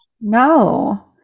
No